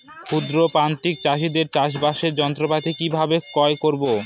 ক্ষুদ্র প্রান্তিক চাষীদের চাষাবাদের যন্ত্রপাতি কিভাবে ক্রয় করব?